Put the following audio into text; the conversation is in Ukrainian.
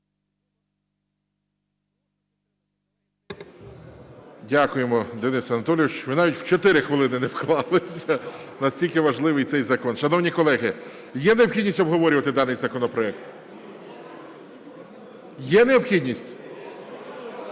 Дякуємо, Денис Анатолійович. Ви навіть в 4 хвилини не вклалися, настільки важливий цей закон. Шановні колеги, є необхідність обговорювати даний законопроект? Є необхідність?